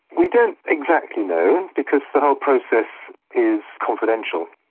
we don't exactly know because the whole process is confidential.